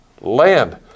land